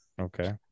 Okay